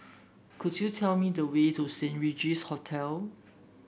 could you tell me the way to Saint Regis Hotel